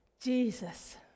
Jesus